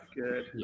good